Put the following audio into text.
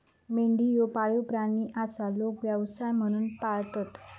मेंढी ह्यो पाळीव प्राणी आसा, लोक व्यवसाय म्हणून पाळतत